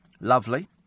Lovely